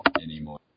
anymore